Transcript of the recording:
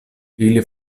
ili